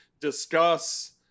discuss